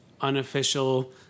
unofficial